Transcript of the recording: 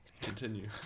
Continue